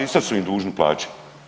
I sad su im dužni plaće.